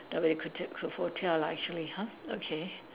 lah actually !huh! okay